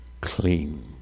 clean